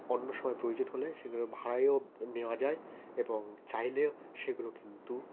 অন্য সময় প্রয়োজন হলে সেগুলো ভাড়ায়ও নেওয়া যায় এবং চাইলে সেগুলো কিন্তু